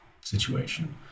situation